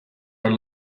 are